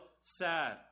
sad